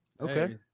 Okay